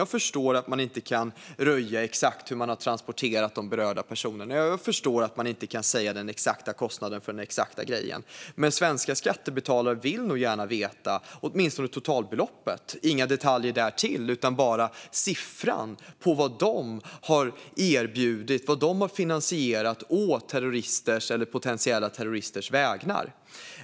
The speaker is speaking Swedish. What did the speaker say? Jag förstår att man inte kan röja exakt hur man har transporterat de berörda personerna eller säga den exakta kostnaden. Men svenska skattebetalare vill nog gärna veta åtminstone totalbeloppet - inga detaljer utan bara siffran över vad de har finansierat å potentiella terroristers vägnar.